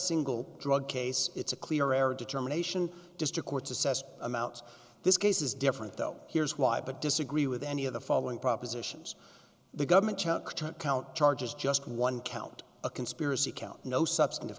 single drug case it's a clear error determination district courts assessed amounts this case is different though here's why but disagree with any of the following propositions the government count charges just one count a conspiracy count no substan